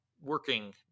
working